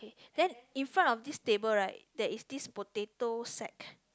then in front of this table right there is this potato sack